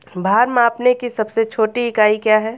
भार मापने की सबसे छोटी इकाई क्या है?